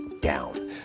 down